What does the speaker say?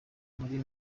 muri